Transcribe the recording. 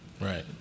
Right